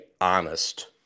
honest